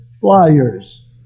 flyers